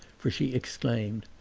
for she exclaimed,